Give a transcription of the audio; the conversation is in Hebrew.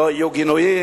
לא יהיו גינויים,